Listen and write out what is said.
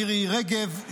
מירי רגב,